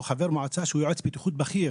או חבר מועצה שהוא יועץ בטיחות בכיר